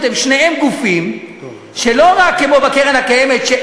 אבל הקרן הקיימת נמצאת באותו מצב כמו החטיבה להתיישבות.